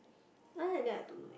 other than that I don't know